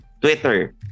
Twitter